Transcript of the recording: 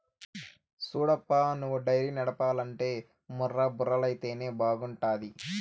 సూడప్పా నువ్వు డైరీ నడపాలంటే ముర్రా బర్రెలైతేనే బాగుంటాది